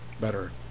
better